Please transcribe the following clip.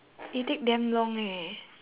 you take damn long eh